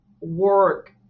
work